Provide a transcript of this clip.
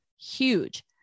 huge